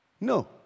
No